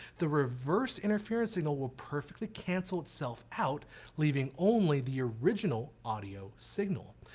the reverse interference signal will perfectly cancel itself out leaving only the original audio signal.